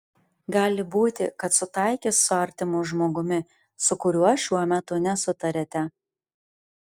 gali būti kad sutaikys su artimu žmogumi su kuriuo šiuo metu nesutariate